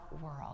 world